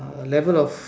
a level of